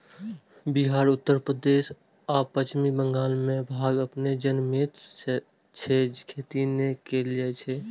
बिहार, उत्तर प्रदेश आ पश्चिम बंगाल मे भांग अपने जनमैत छै, खेती नै कैल जाए छै